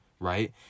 Right